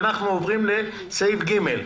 אנחנו עוברים לסעיף קטן (ג).